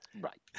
right